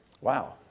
Wow